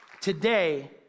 today